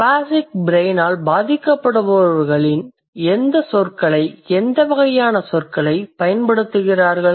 aphasic brain சிண்ட்ரோமால் பாதிக்கப்படுபவர்கள் எந்த சொற்களை எந்த வகையான சொற்களைப் பயன்படுத்துகிறார்கள்